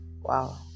wow